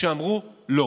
שאמרו לא.